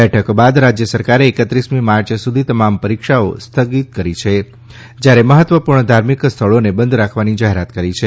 બેઠક બાદ રાજ્ય સરકારે એકત્રીસમી માર્ચ સુધી તમામ પરીક્ષાઓ સ્થગિત કરી છે જ્યારે મહત્વપૂર્ણ ધાર્મિક સ્થળોને બંધ રાખવાની જાહેરાત કરી છે